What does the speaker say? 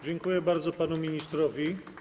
Dziękuję bardzo panu ministrowi.